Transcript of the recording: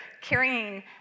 carrying